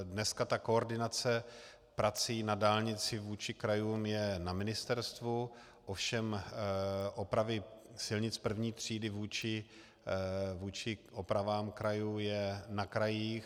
Dneska ta koordinace prací na dálnici vůči krajům je na ministerstvu, ovšem opravy silnic první třídy vůči opravám krajů je na krajích.